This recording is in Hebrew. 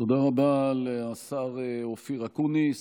תודה רבה לשר אופיר אקוניס,